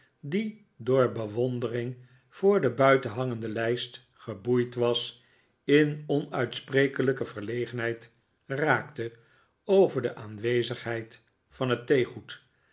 die door bewondering voor de buiten hangende lijst geboeid was in onuitsprekelijke verlegenheid raakte over de aanwezigheid van het theegoed